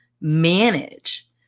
manage